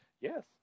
Yes